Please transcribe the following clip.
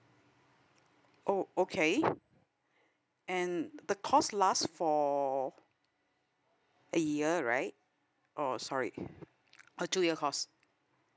oh okay and the course last for a year right oh sorry a two year course